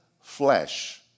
flesh